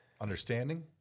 Understanding